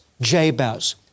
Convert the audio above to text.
Jabez